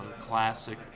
classic